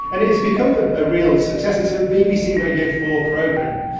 and it has become ah a real success. it's a bbc radio four program,